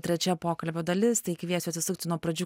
trečia pokalbio dalis tai kviesiu atsisukti nuo pradžių